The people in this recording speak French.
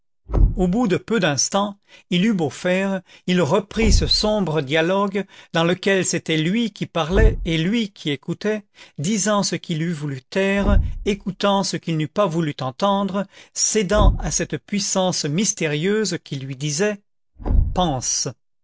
au bout de peu d'instants il eut beau faire il reprit ce sombre dialogue dans lequel c'était lui qui parlait et lui qui écoutait disant ce qu'il eût voulu taire écoutant ce qu'il n'eût pas voulu entendre cédant à cette puissance mystérieuse qui lui disait pense